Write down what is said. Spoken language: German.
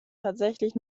tatsächlich